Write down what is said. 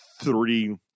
three